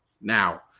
now